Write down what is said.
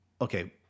okay